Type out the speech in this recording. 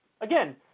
Again